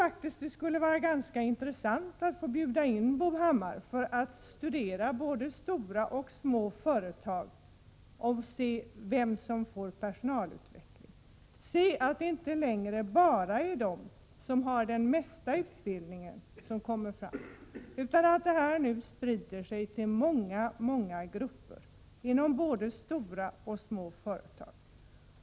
Det skulle vara intressant att få bjuda in Bo Hammar till att studera både stora och små företag och se vilka i dessa företag som får del av personalutvecklingen. Då skulle han få se att det inte bara är de som har mest utbildning som får del av den. Denna personalutveckling sprider sig till många grupper inom både stora och små företag.